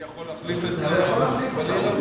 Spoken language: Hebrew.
אני יכול להחליף את חברת הכנסת בלילא?